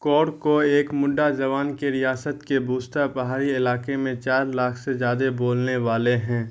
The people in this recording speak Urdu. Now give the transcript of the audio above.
کور کو ایک منڈا زبان کے ریاست کے بوسٹا پہاڑی علاقے میں چار لاکھ سے زیادہ بولنے والے ہیں